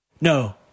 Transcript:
No